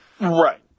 Right